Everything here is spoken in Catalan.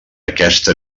aquesta